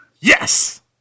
Yes